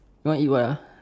no eat what ah